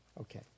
Okay